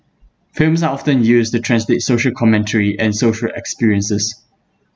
films are often used to translate social commentary and social experiences